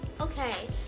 Okay